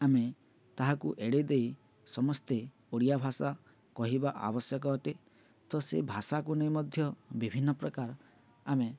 ଆମେ ତାହାକୁ ଏଡ଼େଇ ଦେଇ ସମସ୍ତେ ଓଡ଼ିଆ ଭାଷା କହିବା ଆବଶ୍ୟକ ଅଟେ ତ ସେ ଭାଷାକୁ ନେଇ ମଧ୍ୟ ବିଭିନ୍ନ ପ୍ରକାର ଆମେ